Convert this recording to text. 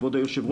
כבוד היושב ראש,